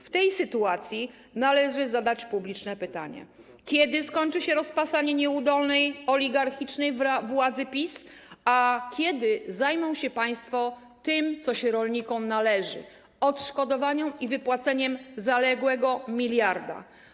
W tej sytuacji należy zadać publicznie pytanie: Kiedy skończy się rozpasanie nieudolnej, oligarchicznej władzy PiS i kiedy zajmą się państwo tym, co rolnikom się należy: odszkodowaniem i wypłaceniem zaległego miliarda?